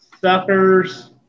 suckers